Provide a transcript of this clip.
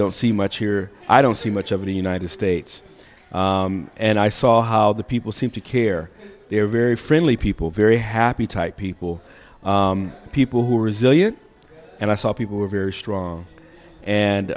don't see much here i don't see much of any united states and i saw how the people seem to care they're very friendly people very happy thai people people who are resilient and i saw people who are very strong and